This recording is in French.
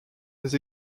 des